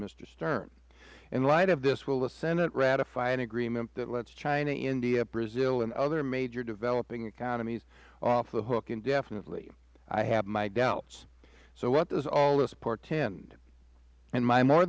mister stern in light of this will the senate ratify an agreement that lets china india brazil and other major developing economies off the hook indefinitely i have my doubts so what does all of this portend my more